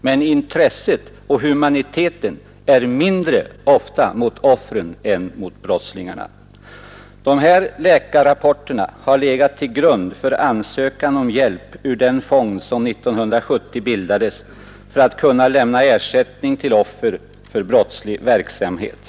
Men intresset och humaniteten är ofta mindre mot offren än mot brottslingarna. Dessa läkarrapporter har legat till grund för ansökan om hjälp ur den fond som 1970 bildades för att kunna lämna ersättning till offer för brottslig verksamhet.